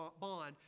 bond